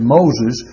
Moses